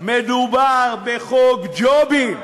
מדובר בחוק ג'ובים,